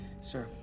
Sir